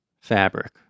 fabric